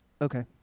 Okay